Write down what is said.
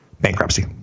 bankruptcy